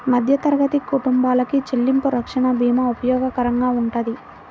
మధ్యతరగతి కుటుంబాలకి చెల్లింపు రక్షణ భీమా ఉపయోగకరంగా వుంటది